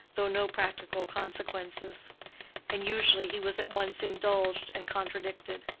though no practical consequences and usually he was at once indulged and contradicted.